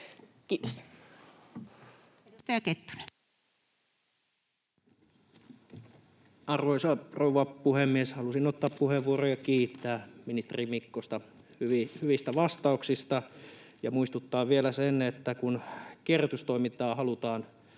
Arvoisa rouva puhemies! Halusin ottaa puheenvuoron ja kiittää ministeri Mikkosta hyvistä vastauksista ja muistuttaa vielä sen, että kun kierrätystoimintaa halutaan